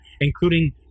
including